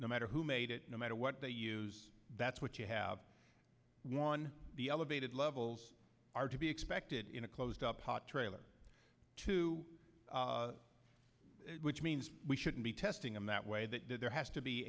no matter who made it no matter what they use that's what you have one the elevated levels are to be expected in a closed up hot trailer too which means we shouldn't be testing him that way that there has to be